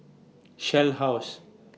Shell House